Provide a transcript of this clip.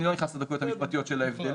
אני לא נכנס לדקויות המשפטיות של ההבדלים,